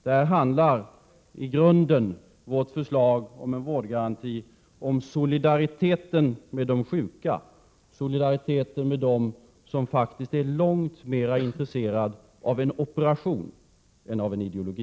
Vårt förslag om en vårdgaranti handlar i grunden om solidariteten med de sjuka, solidariteten med dem som faktiskt är långt mera intresserade av en operation än av en ideologi.